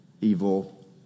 evil